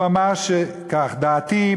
הוא אמר כך: דעתי,